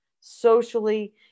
socially